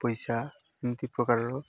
ପଇସା ଏମିତି ପ୍ରକାରର